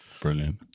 Brilliant